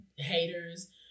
haters